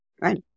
right